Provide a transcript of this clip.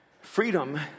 freedom